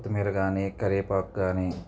కొత్తిమీర కానీ కరేపాకు కానీ